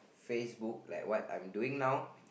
Facebook like what I'm doing now